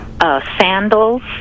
Sandals